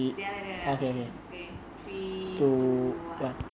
ya ya ya okay three two one